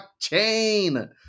blockchain